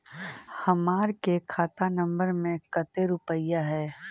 हमार के खाता नंबर में कते रूपैया है?